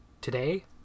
today